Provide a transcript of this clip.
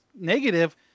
negative